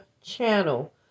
channel